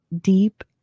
deep